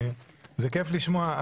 זה כיף לשמוע.